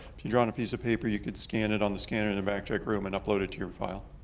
if you draw on a piece of paper, you could scan it on the scanner in the back check room and upload it to your file.